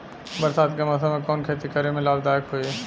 बरसात के मौसम में कवन खेती करे में लाभदायक होयी?